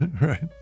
Right